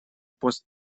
пост